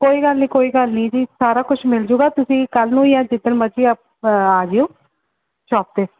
ਕੋਈ ਗੱਲ ਨਹੀਂ ਕੋਈ ਗੱਲ ਨਹੀਂ ਜੀ ਸਾਰਾ ਕੁਛ ਮਿਲ ਜੂਗਾ ਤੁਸੀਂ ਕੱਲ ਨੂੰ ਜਾਂ ਜਿੱਦਣ ਮਰਜ਼ੀ ਅ ਆ ਜਿਓ ਸ਼ੌਪ 'ਤੇ